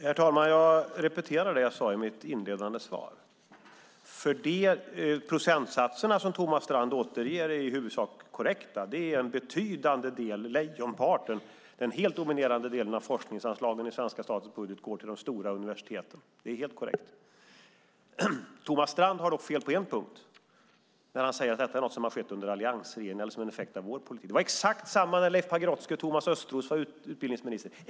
Herr talman! Jag repeterar det som jag sade i mitt inledande svar. De procentsatser som Thomas Strand återger är i huvudsak korrekta. Det är den helt dominerande delen - lejonparten - av forskningsanslagen i den svenska statens budget som går till de stora universiteten. Det är helt korrekt. Thomas Strand har dock fel på en punkt, och det är när han säger att detta är någonting som har skett under alliansregeringens tid eller som en effekt av vår politik. Det var exakt samma fördelning när Leif Pagrotsky och Thomas Östros var utbildningsministrar.